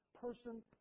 person